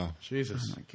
Jesus